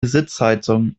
sitzheizung